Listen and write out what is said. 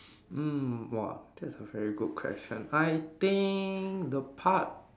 mm !wah! that's a very good question I think the part